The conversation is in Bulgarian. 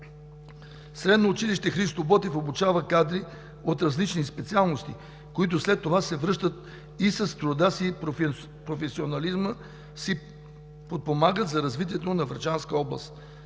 Средно училище „Христо Ботев“ обучава кадри от различни специалности, които след това се връщат и с труда и професионализма си подпомагат за развитието на Врачанска област.